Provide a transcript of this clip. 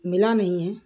ملا نہیں ہیں